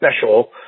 special